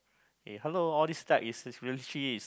uh hello all these type is is literally is